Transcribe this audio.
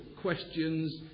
questions